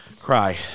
cry